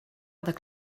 other